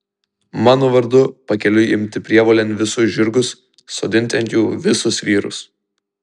mano vardu pakeliui imti prievolėn visus žirgus sodinti ant jų visus vyrus